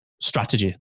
strategy